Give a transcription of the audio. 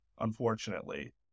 unfortunately